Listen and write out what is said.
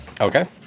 Okay